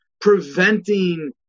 Preventing